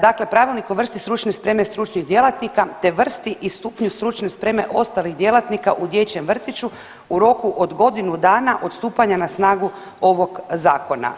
Dakle, Pravilnik o vrsti stručne spreme stručnih djelatnika, te vrsti i stupnju stručne spreme ostalih djelatnika u dječjem vrtiću u roku od godinu dana od stupanja na snagu ovog zakona.